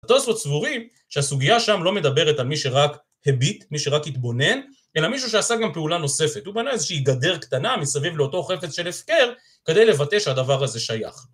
התוספות סבורים שהסוגיה שם לא מדברת על מי שרק הביט, מי שרק התבונן, אלא מישהו שעשה גם פעולה נוספת, הוא בנה איזושהי גדר קטנה מסביב לאותו חפץ של הפקר, כדי לבטא שהדבר הזה שייך.